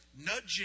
nudging